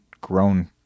grown